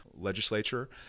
Legislature